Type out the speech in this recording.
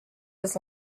his